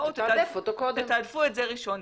בואו תתעדפו את זה ראשון,